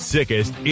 Sickest